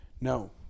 No